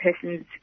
person's